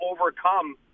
overcome